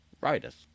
Riders